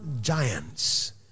giants